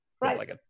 Right